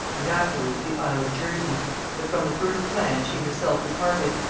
and afterwards the isle of jersey but from the first plan she herself departed,